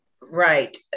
Right